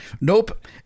Nope